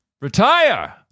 Retire